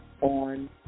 on